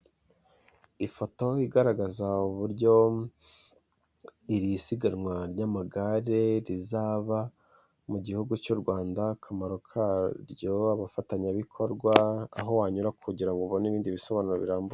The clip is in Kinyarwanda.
Ifoto igaragaza uburyo iri siganwa ry'amagare rizaba mu gihugu cy'u Rwanda, akamaro karyo, abafatanyabikorwa, aho wanyura kugira ngo ubone ibindi bisobanuro birambuye.